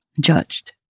judged